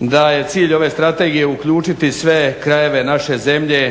da je cilj ove strategije uključiti sve krajeve naše zemlje